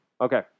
Okay